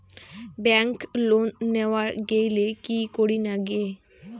Bank loan নেওয়ার গেইলে কি করীর নাগে?